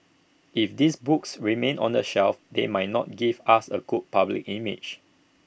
if these books remain on the shelf they might not give us A good public image